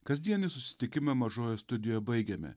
kasdienį susitikimą mažojoje studijoje baigiame